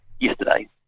yesterday